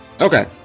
Okay